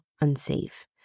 unsafe